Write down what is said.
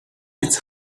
his